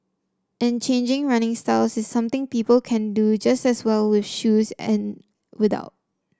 and changing running styles is something people can do just as well with shoes and without